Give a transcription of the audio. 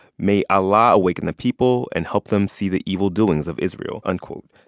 may allah awaken the people and help them see the evil doings of israel, unquote.